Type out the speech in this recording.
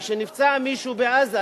וכשנפצע מישהו בעזה,